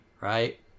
right